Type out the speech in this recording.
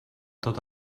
tot